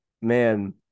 Man